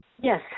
Yes